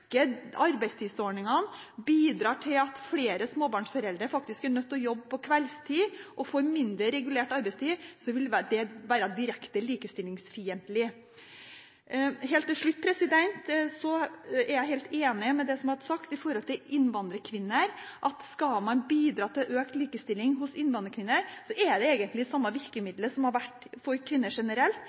arbeidstidsordningene, bidrar det til at flere småbarnsforeldre faktisk er nødt til å jobbe på kveldstid og får mindre regulert arbeidstid, vil det være direkte likestillingsfiendtlig. Til slutt: Jeg er helt enig i det som har vært sagt når det gjelder innvandrerkvinner. Skal man bidra til økt likestilling hos innvandrerkvinner, er det egentlig det samme virkemiddelet som har vært for kvinner generelt,